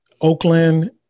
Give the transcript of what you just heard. Oakland